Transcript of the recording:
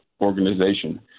organization